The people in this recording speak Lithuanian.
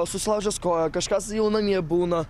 susilaužęs koją kažkas jau namie būna